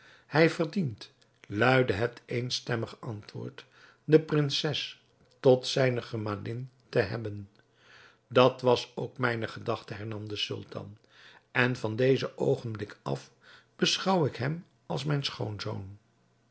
hij verdient luidde het eenstemmig antwoord de prinses tot zijne gemalin te hebben dat was ook mijne gedachte hernam de sultan en van dezen oogenblik af beschouw ik hem als mijn schoonzoon